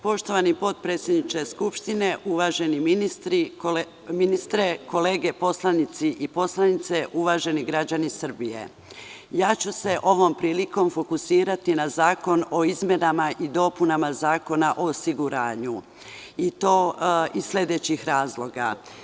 Poštovani potpredsedniče Skupštine, uvaženi ministre, kolege poslanici i poslanice, uvaženi građani Srbije, ja ću se ovom prilikom fokusirati na zakon o izmenama i dopunama Zakona o osiguranju i to iz sledećih razloga.